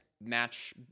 match